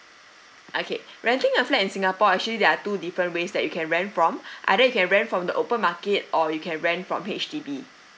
okay renting a flat in singapore actually there are two different ways that you can rent from either you can rent from the open market or you can rent from H_D_B